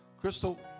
Crystal